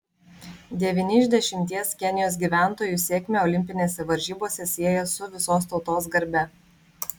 devyni iš dešimties kenijos gyventojų sėkmę olimpinėse varžybose sieja su visos tautos garbe